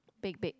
bac~ bac~